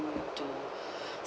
to